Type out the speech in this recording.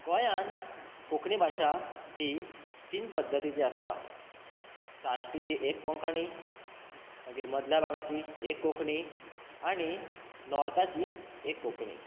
गोयांत कोंकणी भाशा ही तीन पद्धतीची आसता साश्टीची एक कोंकाणी मागीर मदल्या भागाची एक कोंकणी आनी नॉर्थाची एक कोंकणी